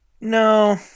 No